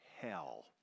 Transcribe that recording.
hell